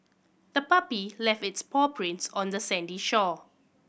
the puppy left its paw prints on the sandy shore